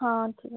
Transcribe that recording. ହଁ ଠିକ୍ ଅଛି